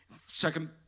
Second